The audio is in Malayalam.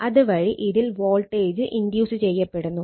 അത് വഴി ഇതിൽ വോൾട്ടേജ് ഇൻഡ്യൂസ് ചെയ്യപ്പെടുന്നു